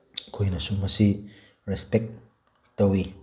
ꯑꯩꯈꯣꯏꯅ ꯁꯤꯒꯨꯝꯕ ꯁꯤ ꯔꯦꯁꯄꯦꯛ ꯇꯧꯋꯤ